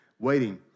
waiting